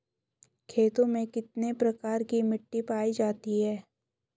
खेतों में कितने प्रकार की मिटी पायी जाती हैं?